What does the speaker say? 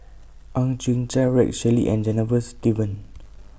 Ang Chwee Chai Rex Shelley and Janavas Devan